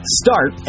start